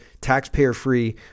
taxpayer-free